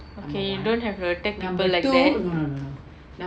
okay you don't have to attack people like that